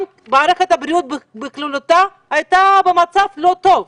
גם מערכת הבריאות בכללותה, הייתה במצב לא טוב.